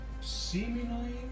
seemingly